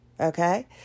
okay